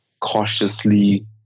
cautiously